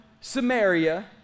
Samaria